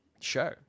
show